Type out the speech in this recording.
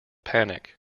panic